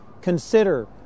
consider